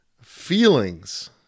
feelings